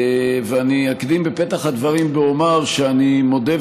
אני אקדים בפתח הדברים ואומר שאני מודה,